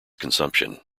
consumption